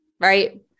Right